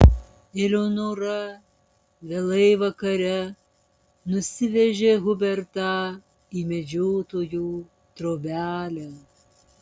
eleonora vėlai vakare nusivežė hubertą į medžiotojų trobelę